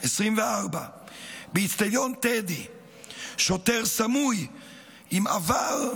2024 באצטדיון טדי שוטר סמוי עם עבר,